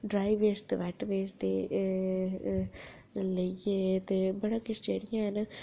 dry best bat best दे लेइयै बड़ा किश जेह्ड़ियां हैन